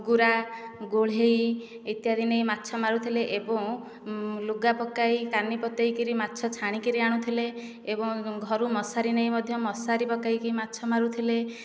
ମୁଗୁରା ଗୋଲ୍ହେଇ ଇତ୍ୟାଦି ନେଇ ମାଛ ମାରୁଥିଲେ ଏବଂ ଲୁଗା ପକାଇ କାନି ପତାଇକରି ମାଛ ଛାଣି କିରି ଆଣୁଥିଲେ ଏବଂ ଘରୁ ମଶାରି ନେଇ ମଧ୍ୟ ମଶାରି ପକାଇକି ମାଛ ମାରୁଥିଲେ